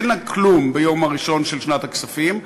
אין לה כלום ביום הראשון של שנת הכספים,